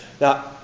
Now